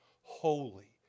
holy